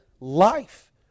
life